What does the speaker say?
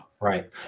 right